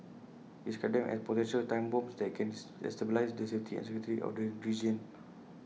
he described them as potential time bombs that can destabilise the safety and security of the region